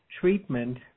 treatment